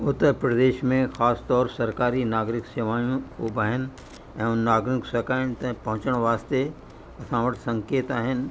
उत्तर प्रदेश में ख़ासितौरु सरकारी नागरिक सेवाऊं ख़ूब आहिनि ऐं उन नागरिक सेकायुन ते पहुचण वास्ते असां वटि संकेत आहिनि